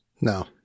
No